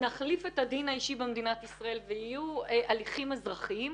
נחליף את הדין האישי במדינת ישראל ויהיו הליכים אזרחיים,